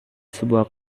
sebuah